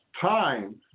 Time